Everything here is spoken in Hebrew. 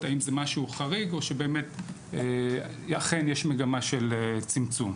האם זה משהו חריג או שאכן יש מגמה של צמצום.